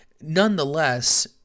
nonetheless